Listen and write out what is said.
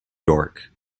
york